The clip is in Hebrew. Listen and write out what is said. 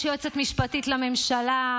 ויש יועצת משפטית לממשלה,